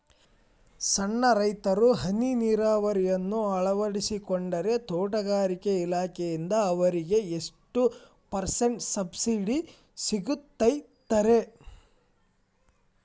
ಸಣ್ಣ ರೈತರು ಹನಿ ನೇರಾವರಿಯನ್ನ ಅಳವಡಿಸಿಕೊಂಡರೆ ತೋಟಗಾರಿಕೆ ಇಲಾಖೆಯಿಂದ ಅವರಿಗೆ ಎಷ್ಟು ಪರ್ಸೆಂಟ್ ಸಬ್ಸಿಡಿ ಸಿಗುತ್ತೈತರೇ?